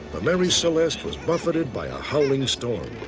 the mary celeste was buffeted by a howling storm.